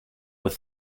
with